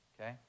okay